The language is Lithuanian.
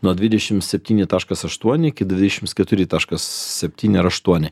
nuo dvidešim septyni taškas aštuoni iki dvidešims keturi taškas septyni ar aštuoni